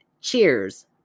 Cheers